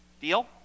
deal